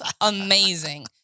amazing